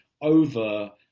over